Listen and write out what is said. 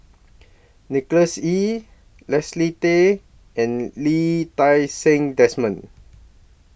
Nicholas Ee Leslie Tay and Lee Ti Seng Desmond